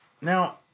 now